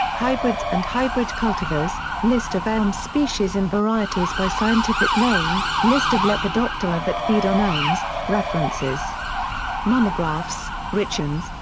hybrids and hybrid cultivars list of elm species and varieties by scientific name list of lepidoptera that feed on elms references monographs richens,